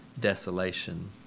desolation